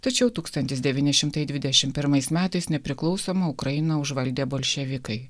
tačiau tūkstantis devyni šimtai dvidešim pirmais metais nepriklausomą ukrainą užvaldė bolševikai